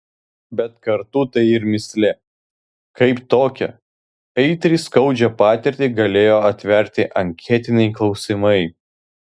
bet kartu tai ir mįslė kaip tokią aitriai skaudžią patirtį galėjo atverti anketiniai klausimai